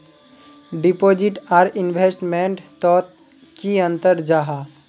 Deposit आर investment तोत की अंतर जाहा?